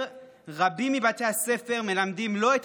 רבים מבתי הספר במזרח העיר מלמדים לא את